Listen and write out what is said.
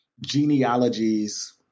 genealogies